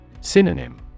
Synonym